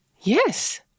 Yes